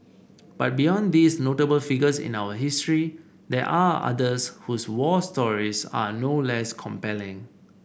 but beyond these notable figures in our history there are others whose war stories are no less compelling